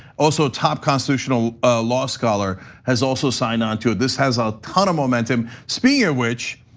also top constitutional law scholar has also signed on to it. this has a ton of momentum, speaking of which,